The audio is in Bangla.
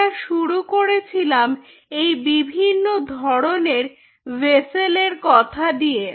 আমরা শুরু করেছিলাম এই বিভিন্ন ধরনের ভেসেলের কথা দিয়ে